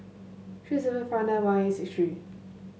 three seven five nine one eight six three